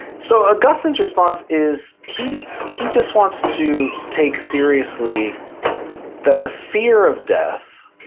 so ah augustine's response is he he just wants to take seriously that the fear of death